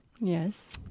Yes